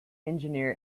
engineer